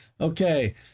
Okay